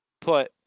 put